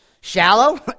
Shallow